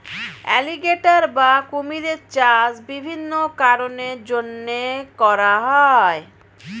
alligator বা কুমিরের চাষ বিভিন্ন কারণের জন্যে করা হয়